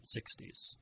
60s